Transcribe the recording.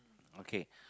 okay